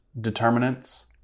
determinants